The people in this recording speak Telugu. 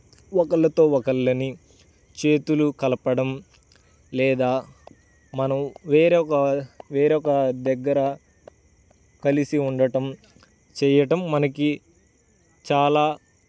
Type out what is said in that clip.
ఒకళ్ళతో ఒకళ్ళని చేతులు కలపడం లేదా మనం వేరొక వేరొక దగ్గర కలిసి ఉండటం చెయ్యటం మనకి చాలా